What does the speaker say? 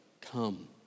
come